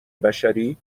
بشری